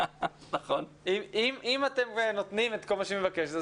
אם אתם נותנים את כל מה שהיא מבקשת,